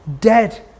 dead